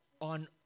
on